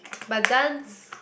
but dance